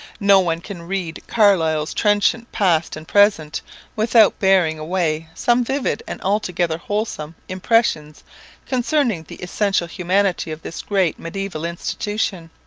no one can read carlyle's trenchant past and present without bearing away some vivid and altogether wholesome impressions concerning the essential humanity of this great mediaeval institution.